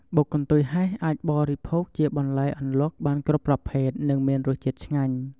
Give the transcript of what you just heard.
បុកកន្ទុយហេះអាចបរិភោគជាបន្លែអន្លក់បានគ្រប់ប្រភេទ និងមានរសជាតិឆ្ងាញ់